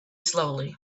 slowly